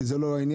כי זה לא העניין.